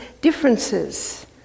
differences